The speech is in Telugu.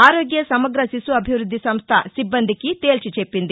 ఆరోగ్య సముగ శిశు అభివృద్ది సంస్థ సిబ్బందికి తేల్చి చెప్పింది